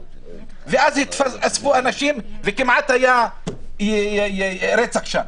ואז נאספו אנשים וכמעט היה שם רצח,